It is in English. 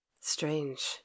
strange